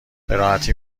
براحتی